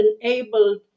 enabled